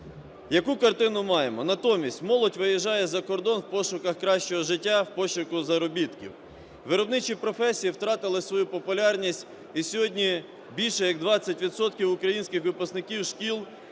Яку картину маємо? Натомість молодь виїжджає за кордон в пошуках кращого життя, в пошуку заробітків. Виробничі професії втратили свою популярність і сьогодні більше як двадцять відсотків українських випускників шкіл